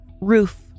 Roof